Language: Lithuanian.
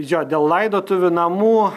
jo dėl laidotuvių namų